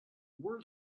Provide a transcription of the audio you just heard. world